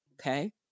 Okay